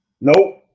Nope